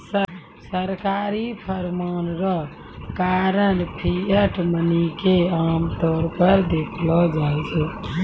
सरकारी फरमान रो कारण फिएट मनी के आमतौर पर देखलो जाय छै